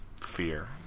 fear